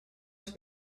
have